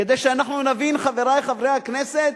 כדי שאנחנו נבין, חברי חברי הכנסת,